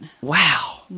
wow